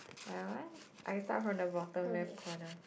my one I start from the bottom left corner